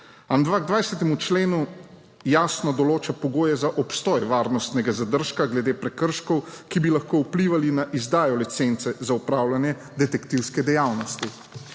Amandma k 20. členu jasno določa pogoje za obstoj varnostnega zadržka glede prekrškov, ki bi lahko vplivali na izdajo licence za opravljanje detektivske dejavnosti.